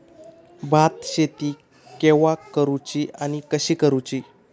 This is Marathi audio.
भात शेती केवा करूची आणि कशी करुची?